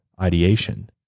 ideation